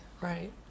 right